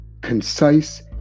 concise